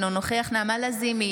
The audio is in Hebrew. אינו נוכח נעמה לזימי,